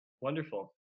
Wonderful